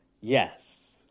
yes